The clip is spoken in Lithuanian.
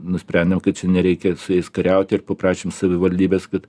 nusprendėm kad čia nereikia su jais kariaut ir paprašėm savivaldybės kad